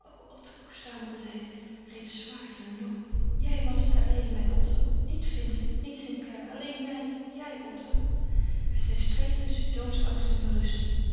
stamelde zij reeds zwaar en loom jij was het alleen mijn otto niet vincent niet st clare alleen jij jij otto o god en zij streed tusschen doodsangst en berusting